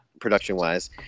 production-wise